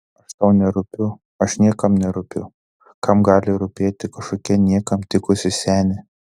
aš tau nerūpiu aš niekam nerūpiu kam gali rūpėti kažkokia niekam tikusi senė